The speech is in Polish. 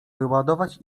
wyładować